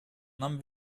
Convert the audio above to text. нам